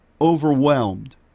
overwhelmed